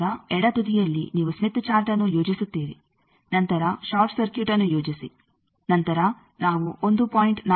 ಆದ್ದರಿಂದ ಎಡ ತುದಿಯಲ್ಲಿ ನೀವು ಸ್ಮಿತ್ ಚಾರ್ಟ್ಅನ್ನು ಯೋಜಿಸುತ್ತೀರಿ ನಂತರ ಷಾರ್ಟ್ ಸರ್ಕ್ಯೂಟ್ಅನ್ನು ಯೋಜಿಸಿ ನಂತರ ನಾವು 1